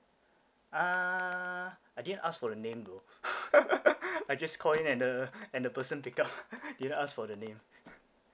uh I didn't ask for the name though I just called in and the and the person picked up didn't ask for the name